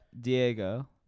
Diego